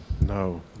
No